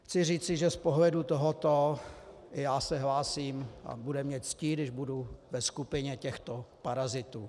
Chci říci, že z pohledu tohoto i já se hlásím a bude mi ctí, když budu ve skupině těchto parazitů.